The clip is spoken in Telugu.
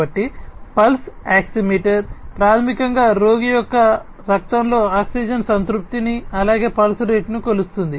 కాబట్టి పల్స్ ఆక్సిమీటర్ ప్రాథమికంగా రోగి యొక్క రక్తంలో ఆక్సిజన్ సంతృప్తిని అలాగే పల్స్ రేటును కొలుస్తుంది